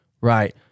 right